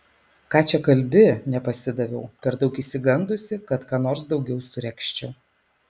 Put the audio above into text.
ką čia kalbi nepasidaviau per daug išsigandusi kad ką nors daugiau suregzčiau